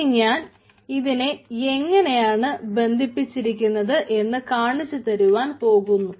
ഇനി ഞാൻ ഇത് എങ്ങനെയാണ് ബന്ധിപ്പിച്ചിരിക്കുന്നത് എന്ന് കാണിച്ചു തരുവാൻ പോകുന്നു